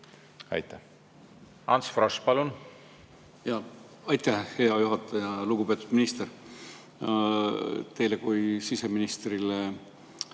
Aitäh!